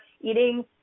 eating